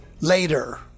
later